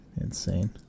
Insane